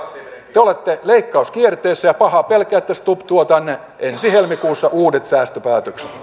te te olette leik kauskierteessä ja pahaa pelkään että stubb tuo tänne ensi helmikuussa uudet säästöpäätökset